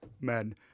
men